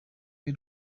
y’u